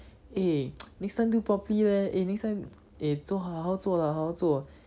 eh next time do properly leh eh next time eh 做好好做 lah 好好做